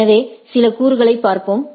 எனவே சில கூறுகளைப் பார்ப்போம்